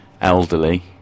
elderly